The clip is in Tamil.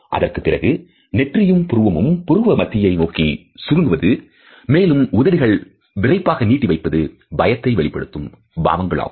அதற்குப் பிறகு நெற்றியும் புருவமும் புருவ மத்தியை நோக்கி சுருங்குவது மேலும் உதடுகள் விரைப்பாக நீட்டி வைப்பது பயத்தை வெளிப்படுத்தும் பாவங்களாகும்